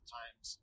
times